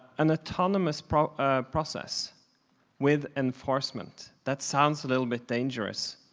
an autonomous process ah process with enforcement, that sounds a little bit dangerous.